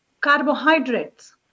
carbohydrates